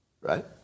right